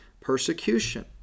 persecution